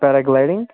para gliding